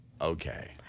Okay